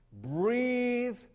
breathe